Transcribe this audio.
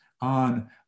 on